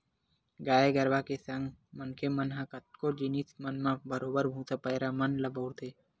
गाय गरुवा के संगे संग मनखे मन ह कतको जिनिस मन म बरोबर भुसा, पैरा मन ल बउरथे